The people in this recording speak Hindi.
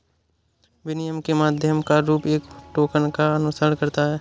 विनिमय के माध्यम का रूप एक टोकन का अनुसरण करता है